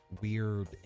weird